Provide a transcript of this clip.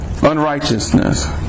Unrighteousness